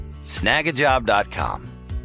Snagajob.com